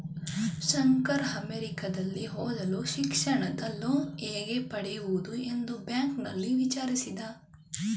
ಶಂಕರ ಅಮೆರಿಕದಲ್ಲಿ ಓದಲು ಶಿಕ್ಷಣದ ಲೋನ್ ಹೇಗೆ ಪಡೆಯುವುದು ಎಂದು ಬ್ಯಾಂಕ್ನಲ್ಲಿ ವಿಚಾರಿಸಿದ